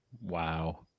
Wow